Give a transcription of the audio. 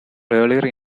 earlier